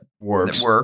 works